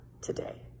today